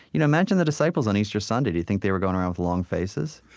you know imagine the disciples on easter sunday. do you think they were going around with long faces?